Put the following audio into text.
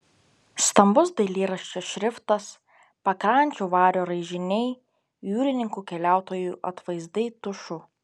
stambus dailyraščio šriftas pakrančių vario raižiniai jūrininkų keliautojų atvaizdai tušu